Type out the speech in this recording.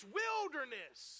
wilderness